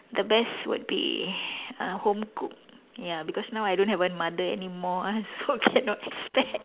the best would be uh home cooked ya because now I don't have a mother anymore ah so cannot expect